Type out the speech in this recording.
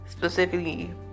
specifically